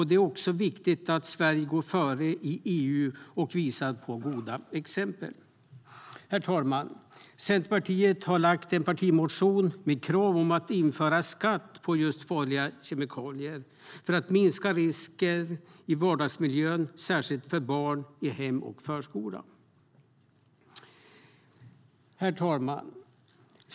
Det är också viktigt att Sverige går före i EU och visar goda exempel. Herr talman! Centerpartiet har lagt en partimotion med krav på att införa skatt på farliga kemikalier för att minska risker i vardagsmiljön, särskilt för barn i hem och förskola. Herr talman!